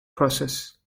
process